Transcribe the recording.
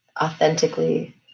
authentically